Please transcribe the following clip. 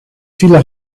viele